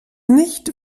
nicht